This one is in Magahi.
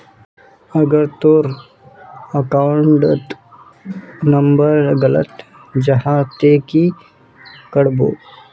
अगर तोर अकाउंट नंबर गलत जाहा ते की करबो?